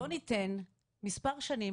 אני מציעה שבוא ניתן מס שנים,